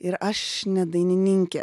ir aš ne dainininkė